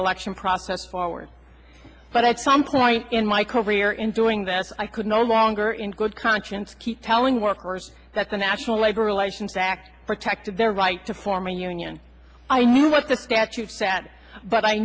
election process forward but at some point in my career in doing that i could no longer in good conscience keep telling workers that the national labor relations act protected their right to form a union i knew what the statutes set but i